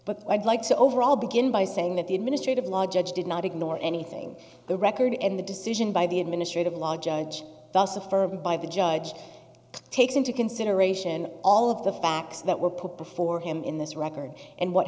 but i'd like to overall begin by saying that the administrative law judge did not ignore anything the record in the decision by the administrative law judge thus affirmed by the judge takes into consideration all of the facts that were put before him in this record and what